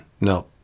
No